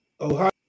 Ohio